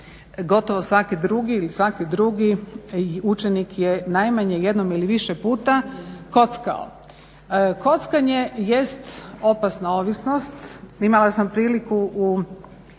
ili svaki drugi učenik je najmanje jednom ili više puta kockao. Kockanje jest opasna ovisnost. Imala sam priliku u